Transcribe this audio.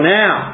now